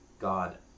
God